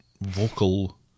vocal